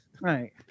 Right